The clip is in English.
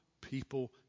people